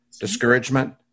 discouragement